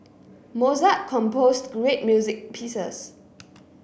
Mozart composed great music pieces